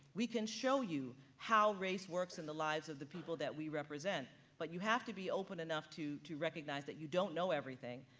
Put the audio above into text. we can show you how race works in the lives of the people that we represent. but you have to be open enough to to recognize that you don't know everything,